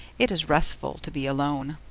it is restful to be alone.